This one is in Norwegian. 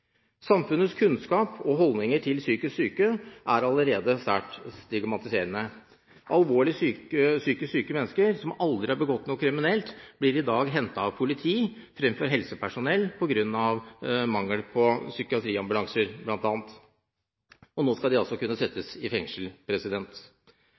Samfunnets kunnskap og holdninger til psykisk syke er allerede svært stigmatiserende. Alvorlig psykisk syke mennesker, som aldri har begått noe kriminelt, blir i dag hentet av politiet framfor helsepersonell, bl.a. på grunn av mangel på psykiatriambulanser. Nå skal de altså kunne